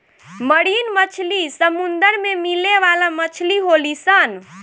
marine मछली समुंदर में मिले वाला मछली होली सन